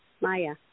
Maya